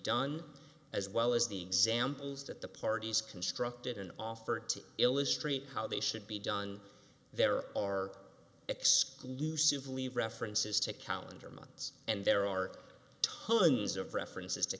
done as well as the examples that the parties constructed and offered to illustrate how they should be done there are exclusively references to calendar months and there are tons of references to